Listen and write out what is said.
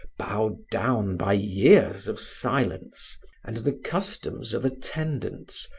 bowed down by years of silence and the customs of attendants,